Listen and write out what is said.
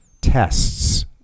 tests